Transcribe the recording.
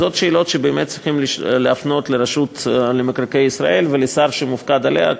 אלה שאלות שבאמת צריכים להפנות לרשות מקרקעי ישראל ולשר שמופקד עליה,